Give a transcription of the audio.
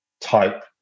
type